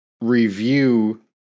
review